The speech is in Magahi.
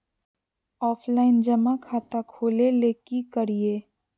ऑफलाइन जमा खाता खोले ले की करिए?